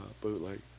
bootleg